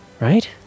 right